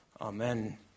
Amen